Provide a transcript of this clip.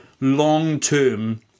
long-term